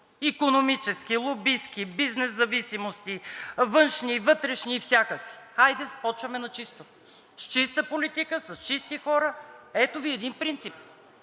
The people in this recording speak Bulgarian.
икономически, лобистки, бизнес зависимости, външни, вътрешни, всякакви. Хайде, започваме на чисто – с чиста политика, с чисти хора. Ето Ви един принцип.